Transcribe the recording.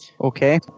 Okay